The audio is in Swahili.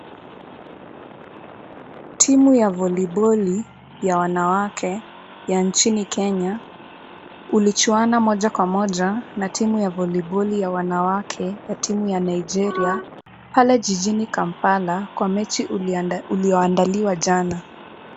Timu ya voliboli ya wanawake ya nchini Kenya ulichuana moja kwa moja na timu ya voliboli ya wanawake ya timu ya Nigeria pale jijini Kampala kwa mechi ulioandaliwa jana.